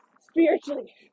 spiritually